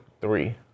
three